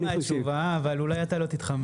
הוא התחמק מהתשובה, אבל אולי אתה לא תתחמק.